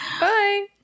Bye